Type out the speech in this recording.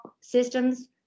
systems